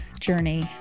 journey